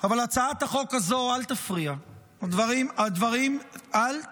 אבל הצעת החוק הזה, אל תפריע, אל תפריע.